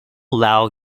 lao